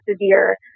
severe